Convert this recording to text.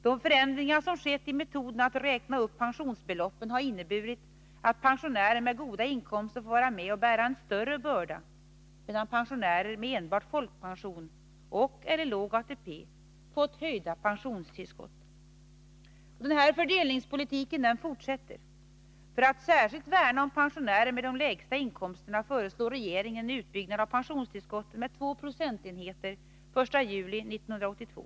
De förändringar som skett i metoden att räkna upp pensionsbeloppen har inneburit att pensionärer med goda inkomster får vara med och bära en större börda, medan pensionärer med enbart folkpension och/eller låg ATP fått höjda pensionstillskott. Denna fördelningspolitik fortsätter. För att särskilt värna om pensionärer med de lägsta inkomsterna föreslår regeringen en utbyggnad av pensionstillskotten med 2 procentenheter den 1 juli 1982.